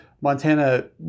Montana